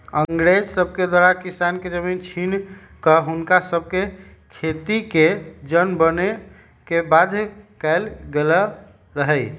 अंग्रेज सभके द्वारा किसान के जमीन छीन कऽ हुनका सभके खेतिके जन बने के बाध्य कएल गेल रहै